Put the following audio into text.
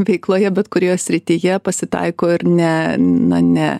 veikloje bet kurioje srityje pasitaiko ir ne na ne